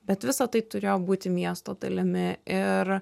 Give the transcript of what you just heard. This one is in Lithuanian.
bet visa tai turėjo būti miesto dalimi ir